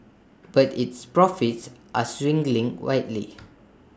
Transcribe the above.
but its profits are swinging wildly